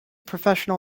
professional